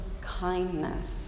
kindness